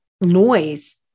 noise